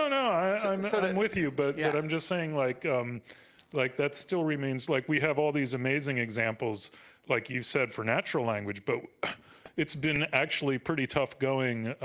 i mean and with you, but yeah i'm just saying like like that still remains, like we have all these amazing examples like you said for natural language, but it's been actually pretty tough going.